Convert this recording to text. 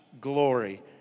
glory